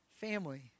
family